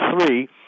three